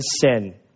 sin